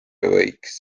võiks